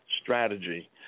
strategy